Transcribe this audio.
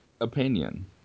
opinion